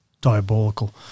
diabolical